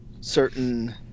certain